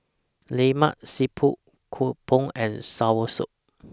Lemak Siput Kuih Bom and Soursop